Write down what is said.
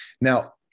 Now